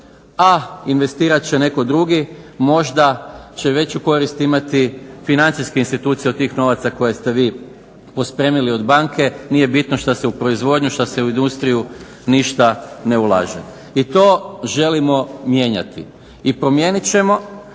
a investirat će netko drugi. Možda će veću korist imati financijske institucije od tih novaca koje ste vi pospremili od banke. Nije bitno što se u proizvodnju, što se u industriju ništa ne ulaže. I to želimo mijenjati. I promijenit ćemo